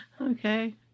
Okay